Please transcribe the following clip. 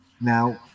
now